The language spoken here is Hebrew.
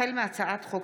החל מהצעת חוק